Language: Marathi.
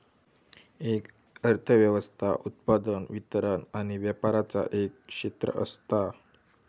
एक अर्थ व्यवस्था उत्पादन, वितरण आणि व्यापराचा एक क्षेत्र असता